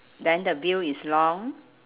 then the veil is long